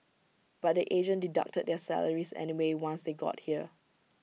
but the agent deducted their salaries anyway once they got here